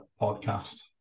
podcast